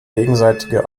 gegenseitige